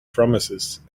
promises